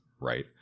right